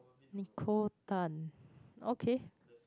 Nicole-Tan okay